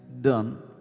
done